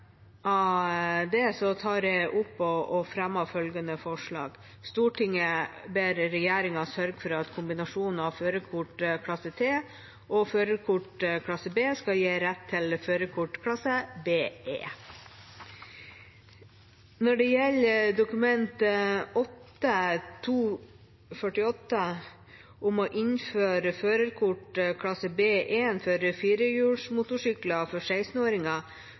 av det viser jeg til følgende forslag: «Stortinget ber regjeringen sørge for at kombinasjonen av førerkort klasse T og førerkort klasse B skal gi rett til førerkort klasse BE.» Når det gjelder Dokument 8:248 S om å innføre førerkort klasse B1 for firehjulsmotorsykler for 16-åringer, er Senterpartiet positiv til tiltak som kan gjøre framkommeligheten enklere og livet bedre for